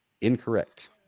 incorrect